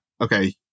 okay